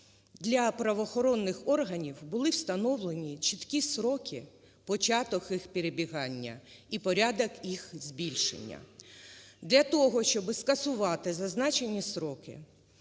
для правоохоронних органів були встановлені чіткі строки, початок їх перебігання і порядок їх збільшення. Для того, щоби скасувати зазначені строки,